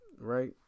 right